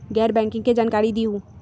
गैर बैंकिंग के जानकारी दिहूँ?